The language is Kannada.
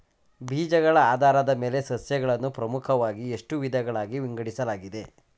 ಬೀಜಗಳ ಆಧಾರದ ಮೇಲೆ ಸಸ್ಯಗಳನ್ನು ಪ್ರಮುಖವಾಗಿ ಎಷ್ಟು ವಿಧಗಳಾಗಿ ವಿಂಗಡಿಸಲಾಗಿದೆ?